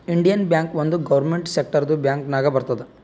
Indian bank ಒಂದ್ government ಸೆಕ್ಟರ್ದು bank ನಾಗ್ ಬರ್ತುದ್